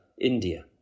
India